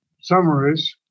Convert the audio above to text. summaries